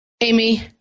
Amy